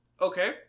Okay